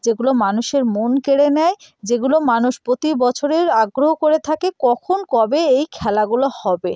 যেগুলো মানুষের মন কেড়ে নেয় যেগুলো মানুষ প্রতি বছরের আগ্রহ করে থাকে কখন কবে এই খেলাগুলো হবে